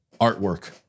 artwork